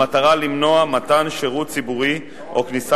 במטרה למנוע מתן שירות ציבורי או כניסה